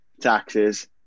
taxes